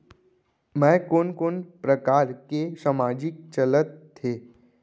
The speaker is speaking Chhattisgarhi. मैं कोन कोन प्रकार के सामाजिक चलत हे?